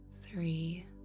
three